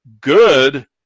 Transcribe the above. good